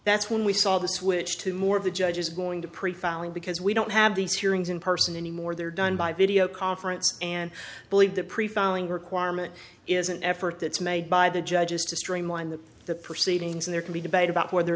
that's when we saw the switch to more of the judges going to pre filing because we don't have these hearings in person anymore they're done by video conference and believe that pre filing requirement is an effort that's made by the judges to streamline the the proceedings and there can be debate about whether